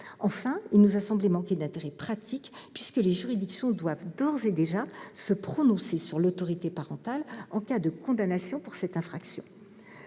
dispositif nous a semblé manquer d'intérêt pratique puisque les juridictions doivent d'ores et déjà se prononcer sur l'autorité parentale en cas de condamnation pour cette infraction.